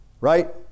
right